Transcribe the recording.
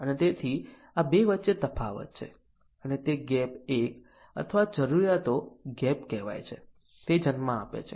અને તેથી આ 2 વચ્ચે તફાવત છે અને તે ગેપ 1 અથવા જરૂરીયાતો ગેપ કહેવાય છે તે જન્મ આપે છે